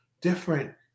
different